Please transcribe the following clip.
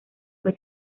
fue